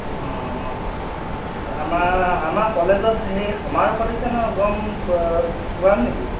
অঁ আমাৰ আমাৰ কলেজত হেৰি সমাৰোহ পাতিছে নহয় গম পোৱা নেকি